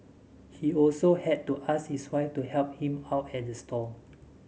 he also had to ask his wife to help him out at the stall